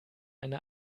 eine